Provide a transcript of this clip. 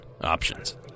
options